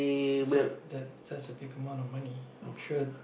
just j~ just a big amount of money I'm sure